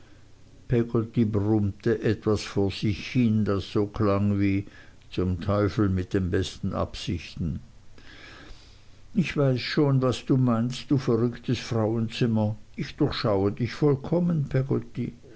brummte etwas vor sich hin das so klang wie zum teufel mit den besten absichten ich weiß schon was du meinst du verrücktes frauenzimmer ich durchschaue dich vollkommen